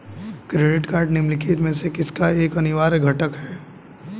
Credit card निम्नलिखित में से किसका एक अनिवार्य घटक है?